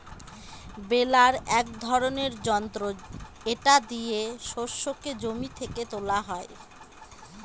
বেলার এক ধরনের যন্ত্র এটা দিয়ে শস্যকে জমি থেকে তোলা হয়